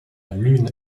lune